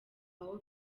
aho